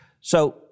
So-